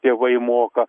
tėvai moka